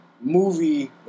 movie